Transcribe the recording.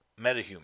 metahuman